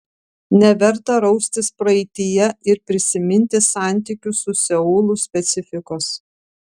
neverta raustis praeityje ir prisiminti santykių su seulu specifikos